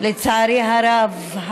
לצערי הרב,